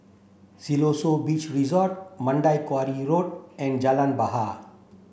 Siloso Beach Resort Mandai Quarry Road and Jalan Bahar